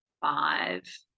five